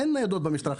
אין ניידות במשטרה,